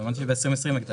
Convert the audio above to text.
אמרתי שב-2020 הגדלנו.